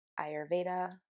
Ayurveda